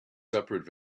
separate